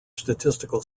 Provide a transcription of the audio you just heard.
statistical